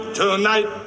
tonight